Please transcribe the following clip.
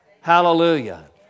Hallelujah